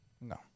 No